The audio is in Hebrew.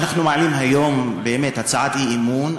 אנחנו מעלים היום באמת הצעת אי-אמון,